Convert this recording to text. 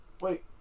wait